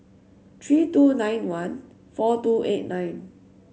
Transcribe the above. three two nine one four two eight nine